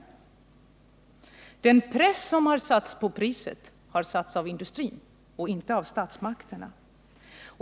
Den press som har satts på priset har satts av industrin, inte av statsmakterna.